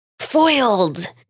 foiled